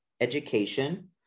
education